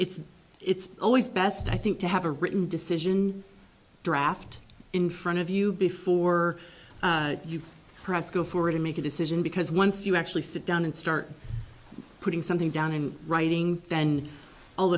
it's it's always best i think to have a written decision draft in front of you before you press go forward to make a decision because once you actually sit down and start putting something down in writing then all